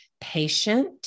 patient